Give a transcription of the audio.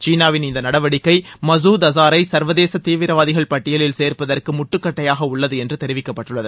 சீனாவின் இந்த நடவடிக்கை மசூத் அஸாரை சர்வதேச தீவிரவாதிகள் பட்டியலில் சேர்ப்பதற்கு முட்டுக்கட்டையாக உள்ளது என்று தெரிவிக்கப்பட்டுள்ளது